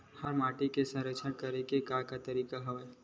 हमर माटी के संरक्षण करेके का का तरीका हवय?